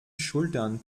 schultern